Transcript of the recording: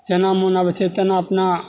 जेना मोन आबै छै तेना अपना